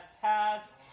passed